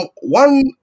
One